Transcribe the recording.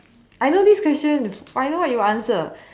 I know this question but I know what you would answer